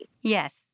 Yes